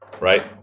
Right